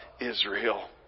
Israel